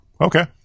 Okay